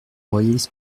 royaliste